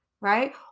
right